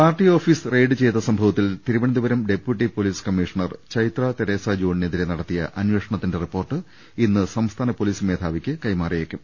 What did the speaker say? party office raid ചെയ്ത സംഭവത്തിൽ Thiruvananthapuram deputy police commissioner Chaitra Teresa ജോണിനെതിരെ നടത്തിയ അന്വേഷണത്തിന്റെ റിപ്പോർട്ട് ഇന്ന് സംസ്ഥാന പൊലീസ് മേധാവിക്ക് കൈമാറിയേക്കും